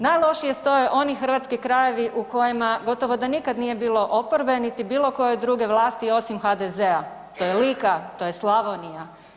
Najlošije stoje oni hrvatski krajevi gotovo da nikada nije bilo oporbe niti bilo koje druge vlasti osim HDZ-a, to je Lika, to je Slavonija.